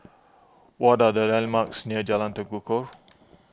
what are the landmarks near Jalan Tekukor